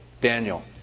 Daniel